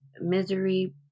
misery